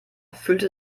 fühlte